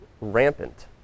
rampant